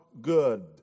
good